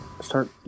start